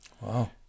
Wow